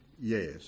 yes